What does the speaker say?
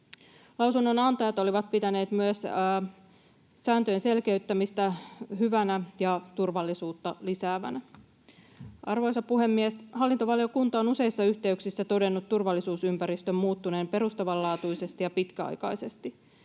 Lausunnonantajat olivat pitäneet myös sääntöjen selkeyttämistä hyvänä ja turvallisuutta lisäävänä. Arvoisa puhemies! Hallintovaliokunta on useissa yhteyksissä todennut turvallisuusympäristön muuttuneen perustavanlaatuisesti ja pitkäaikaisesti.